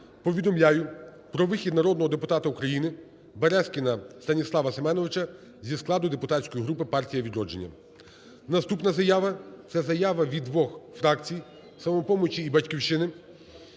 повідомляю про вихід Березкіна Станіслава Семеновича зі складу депутатської групи "Партія Відродження". Наступна заява - це заява від двох фракцій: "Самопомочі" і "Батьківщини",